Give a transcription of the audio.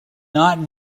not